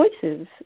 choices